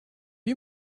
you